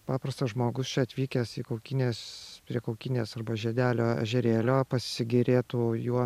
paprastas žmogus čia atvykęs į kaukinės prie kaukinės arba žiedelio ežerėlio pasigerėtų juo